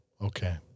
Okay